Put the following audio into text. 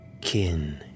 kin